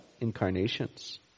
incarnations